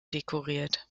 dekoriert